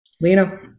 Lena